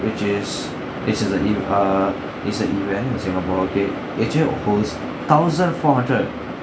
which is this is a e~ err it's a event in singapore okay host thousand four hundred